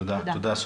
תודה.